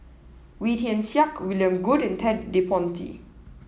Wee Tian Siak William Goode and Ted De Ponti